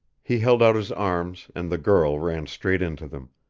he held out his arms and the girl ran straight into them,